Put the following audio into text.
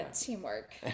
Teamwork